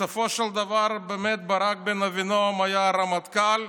בסופו של דבר, ברק בן אבינעם היה רמטכ"ל,